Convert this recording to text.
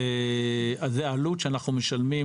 העלות שאנחנו משלמים